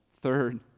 Third